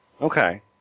Okay